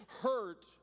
hurt